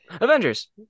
Avengers